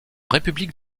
république